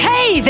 Hey